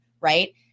right